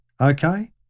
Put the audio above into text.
okay